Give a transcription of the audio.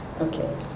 Okay